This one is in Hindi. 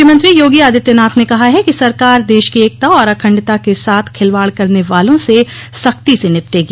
मुख्यमंत्री योगी आदित्यनाथ ने कहा है कि सरकार देश की एकता और अखंडता के साथ खिलवाड़ करने वालों से सख्ती से निपटेगी